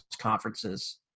conferences